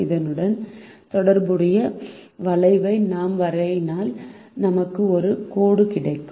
இதனுடன் தொடர்புடைய வளைவை நாம் வரையினால் நமக்கு ஒரு கோடு கிடைக்கும்